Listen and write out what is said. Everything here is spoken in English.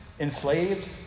Enslaved